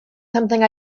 something